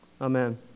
Amen